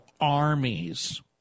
armies